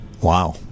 wow